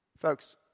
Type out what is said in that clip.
Folks